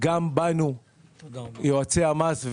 גם בנו יועצי המס,